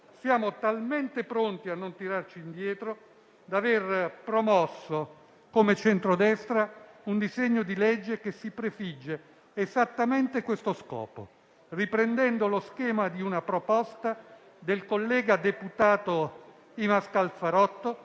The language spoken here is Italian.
siamo talmente pronti a non tirarci indietro da aver promosso, come centrodestra, un disegno di legge che si prefigge esattamente questo scopo, riprendendo lo schema di una proposta del collega deputato Ivan Scalfarotto,